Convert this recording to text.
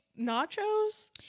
nachos